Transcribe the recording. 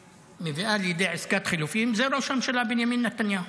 ומביאה לידי עסקת חילופין זה ראש הממשלה בנימין נתניהו.